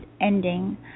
ending